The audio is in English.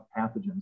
pathogens